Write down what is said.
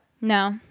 No